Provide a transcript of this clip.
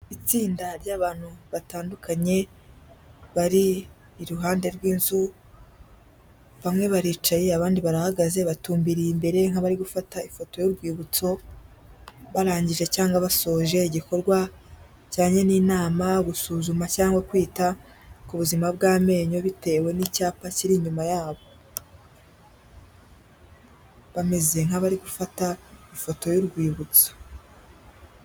Itsinda ry'abantu batandukanye bari iruhande rw'inzu, bamwe baricaye abandi barahagaze, batumbiriye imbere nk'abari gufata ifoto y'urwibutso, barangije cyangwa basoje igikorwa kijyanye n'inama, gusuzuma cyangwa kwita ku buzima bw'amenyo, bitewe n'icyapa kiri inyuma yabo, bameze nk'abari gufata ifoto y'urwibutso.